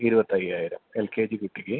ഇരുപത്തിയയ്യായിരം L K G കുട്ടിക്ക്